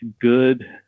good